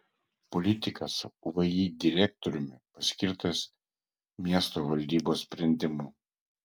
politikas vį direktoriumi paskirtas miesto valdybos sprendimu